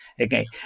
Okay